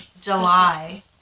July